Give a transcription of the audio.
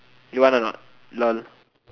you want or not lol